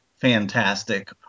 fantastic